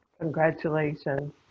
Congratulations